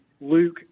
Luke